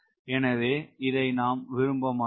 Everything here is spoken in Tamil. எனவே இதை நாம் விரும்ப மாட்டோம்